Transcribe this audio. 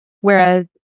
Whereas